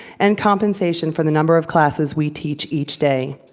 and compensation for the number of classes we teach each day.